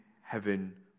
heaven